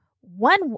one